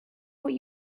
what